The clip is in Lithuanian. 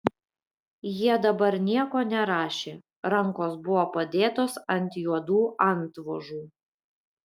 jie dabar nieko nerašė rankos buvo padėtos ant juodų antvožų